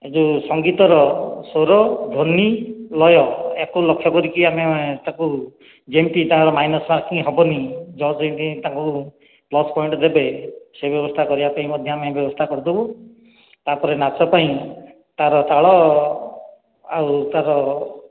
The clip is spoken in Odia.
ଏ ଯୋଉ ସଂଗୀତର ସ୍ୱର ଧ୍ୱନି ଲୟ ଏଆକୁ ଲକ୍ଷ କରିକି ଆମେ ତାକୁ ଯେମିତି ତା ର ମାଇନସ ମାର୍କିଂ ହେବନି ଜଜ୍ ଯେମିତି ତାଙ୍କୁ ପ୍ଲସ ପଏଣ୍ଟ ଦେବେ ସେ ବ୍ୟବସ୍ତା କରିବା ପାଇଁ ମଧ୍ୟ ଆମେ ବ୍ୟବସ୍ତା କରିଦେବୁ ତାପରେ ନାଚ ପାଇଁ ତା ର ତାଳ ଆଉ ତା ର